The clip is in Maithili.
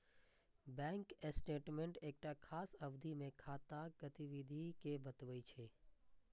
बैंक स्टेटमेंट एकटा खास अवधि मे खाताक गतिविधि कें बतबै छै